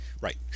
Right